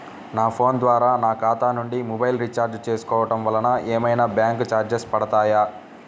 నా ఫోన్ ద్వారా నా ఖాతా నుండి మొబైల్ రీఛార్జ్ చేసుకోవటం వలన ఏమైనా బ్యాంకు చార్జెస్ పడతాయా?